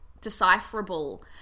decipherable